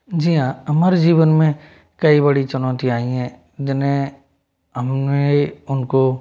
जी हाँ हमारे जीवन में कई बड़ी चुनौतियाँ आई हैं जिन्हें हमने उनको